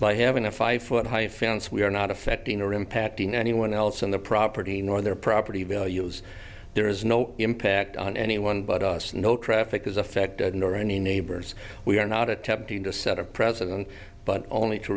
by having a five foot high fence we are not affecting or impacting anyone else on the property nor their property values there is no impact on anyone but us no traffic is affected nor any neighbors we are not attempting to set a president but only to